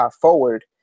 forward